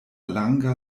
lango